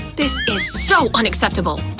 this is so unacceptable!